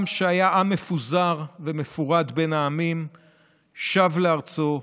עם שהיה עם מפוזר ומפורד בין העמים שב לארצו,